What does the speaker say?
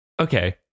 okay